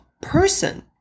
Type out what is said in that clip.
person